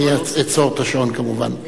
אני אעצור את השעון כמובן,